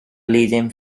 leading